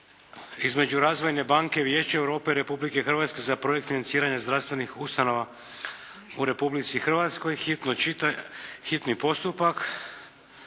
između Razvojne banke Vijeća Europe i Republike Hrvatske za projekt financiranja zdravstvenih ustanova u Republici Hrvatskoj, s